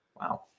Wow